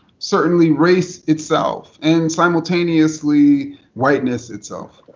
certainly, race itself. and simultaneously whiteness itself.